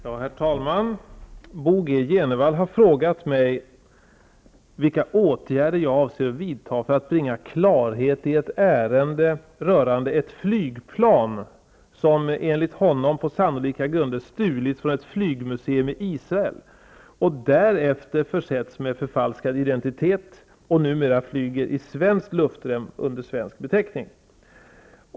Herr talman! Bo G Jenevall har frågat mig vilka åtgärder jag avser att vidta för att bringa klarhet i ett ärende rörande ett flygplan som, enligt honom, på sannolika grunder stulits från ett flygmuseum i Israel och därefter försetts med förfalskad identitet och numera flyger i svenskt luftrum under en svensk beteckning.